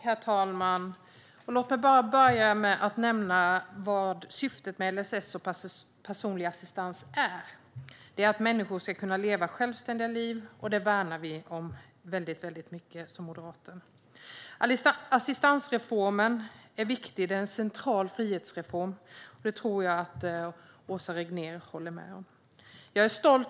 Herr talman! Låt mig börja med att nämna vad syftet med LSS och personlig assistans är. Det är att människor ska kunna leva självständiga liv, vilket vi som moderater värnar väldigt mycket om. Assistansreformen är viktig. Den är en central frihetsreform, vilket jag tror att Åsa Regnér håller med om.